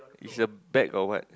is a bag or what